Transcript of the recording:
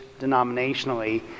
denominationally